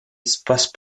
espaces